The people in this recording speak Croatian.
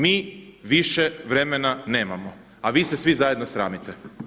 Mi više vremena nemamo, a vi se svi zajedno sramite.